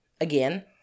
Again